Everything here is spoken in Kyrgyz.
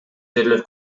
жерлер